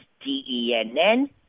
D-E-N-N